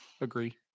agree